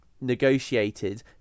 negotiated